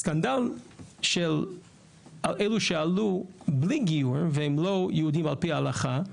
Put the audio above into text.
הסקנדל של אילו שעלו בלי גיור והם לא יהודים על פי ההלכה,